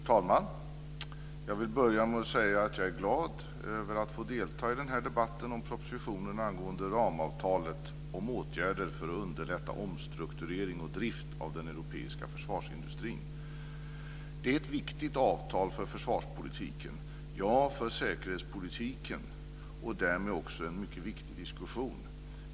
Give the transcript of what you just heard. Fru talman! Jag vill börja med att säga att jag är glad över att få delta i denna debatt kring propositionen angående ramavtalet om åtgärder för att underlätta omstrukturering och drift av den europeiska försvarsindustrin. Det är ett viktigt avtal för försvarspolitiken, ja, för säkerhetspolitiken och därmed också en mycket viktig diskussion.